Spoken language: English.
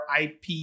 IP